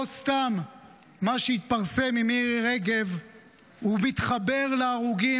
לא סתם מה שהתפרסם על מירי רגב מתחבר להרוגים.